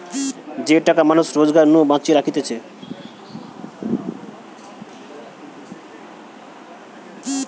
যে টাকা মানুষ রোজগার নু বাঁচিয়ে রাখতিছে